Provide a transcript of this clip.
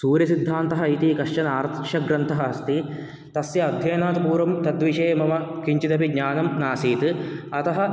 सूर्यसिद्धान्तः इति कश्चन आर्षग्रन्थः अस्ति तस्य अध्ययनात् पूर्वं तद्विषये मम किञ्चिदपि ज्ञानं नासीत् अतः